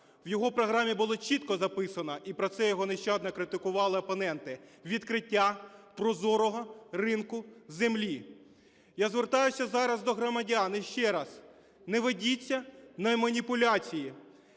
В його програмі було чітко записано, і про це його нещадно критикували опоненти: відкриття прозорого ринку землі. Я звертаюсь зараз до громадян ще раз. Не ведіться на маніпуляції.